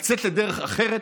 לצאת לדרך אחרת,